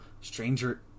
Stranger